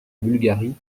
bulgarie